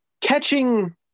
catching